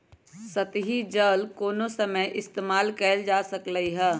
सतही जल कोनो समय इस्तेमाल कएल जा सकलई हई